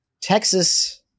Texas